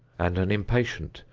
and an impatient,